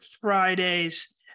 fridays